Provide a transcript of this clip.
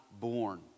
born